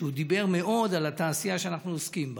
שדיבר מאוד על התעשייה שאנחנו עוסקים בה.